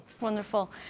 wonderful